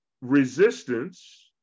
resistance